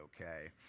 okay